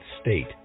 state